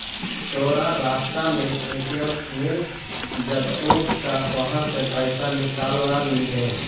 तोरा रास्ता में ए.टी.एम मिलऽ जतउ त उहाँ से पइसा निकलव लिहे